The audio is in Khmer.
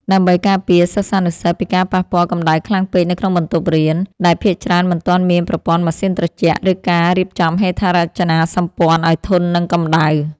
ដើម្បីការពារសិស្សានុសិស្សពីការប៉ះពាល់កម្ដៅខ្លាំងពេកនៅក្នុងបន្ទប់រៀន ដែលភាគច្រើនមិនទាន់មានប្រព័ន្ធម៉ាស៊ីនត្រជាក់ ឬការរៀបចំហេដ្ឋារចនាសម្ព័ន្ធឱ្យធន់នឹងកម្ដៅ។